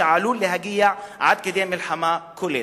שעלול להגיע עד כדי מלחמה כוללת.